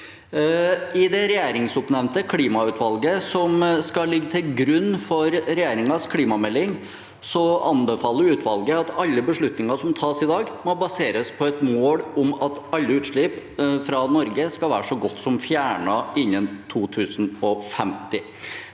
Det regjeringsoppnevnte klimautvalget, som skal ligge til grunn for regjeringens klimamelding, anbefaler at alle beslutninger som tas i dag, må baseres på et mål om at alle utslipp fra Norge skal være så godt som fjernet innen 2050.